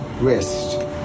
rest